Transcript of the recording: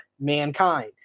mankind